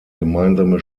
gemeinsame